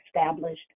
established